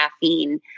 caffeine